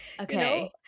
Okay